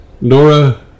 Nora